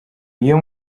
iyo